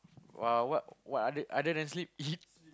!woah! what what other other than sleep eat